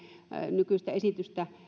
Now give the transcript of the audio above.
nykyistä esitystä